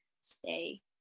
stay